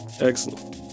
excellent